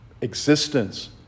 existence